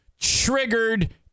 triggered